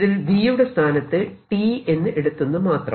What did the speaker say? ഇതിൽ V യുടെ സ്ഥാനത്ത് T എന്ന് എടുത്തെന്നു മാത്രം